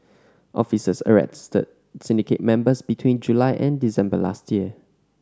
officers arrested syndicate members between July and December last year